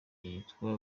yitwa